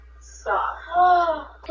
stop